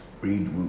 read